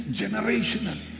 generational